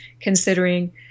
considering